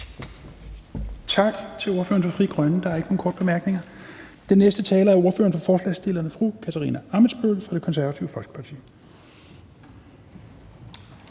Tak til ordføreren for Frie Grønne. Der er ikke nogen korte bemærkninger. Den næste taler er ordføreren for forslagsstillerne, fru Katarina Ammitzbøll fra Det Konservative Folkeparti.